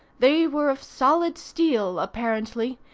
they were of solid steel apparently,